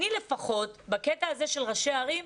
אני לפחות בקטע של ראשי הערים,